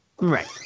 Right